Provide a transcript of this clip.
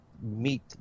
meet